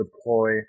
deploy